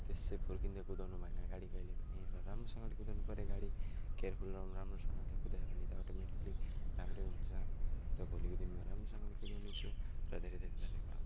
त्यसै फुर्किँदै कुदाउनु भएन गाडी जहिले पनि र राम्रोसँगले कुदाउनु पऱ्यो गाडी केयरफुल र राम्रोसँगले कुदायो भने त अटोमेटिकली राम्रो हुन्छ र भोलिको दिनमा राम्रोसँगले कुदाउने छु र धेरै धेरै धन्यवाद